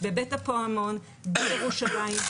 בבית הפעמון בירושלים.